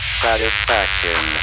satisfaction